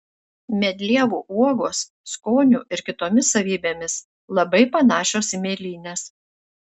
medlievų uogos skoniu ir kitomis savybėmis labai panašios į mėlynes